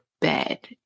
bed